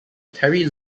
terry